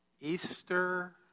Easter